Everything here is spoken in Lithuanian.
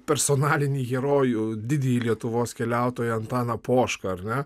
personalinį herojų didįjį lietuvos keliautoją antaną pošką ar ne